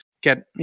get